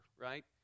right